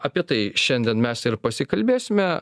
apie tai šiandien mes ir pasikalbėsime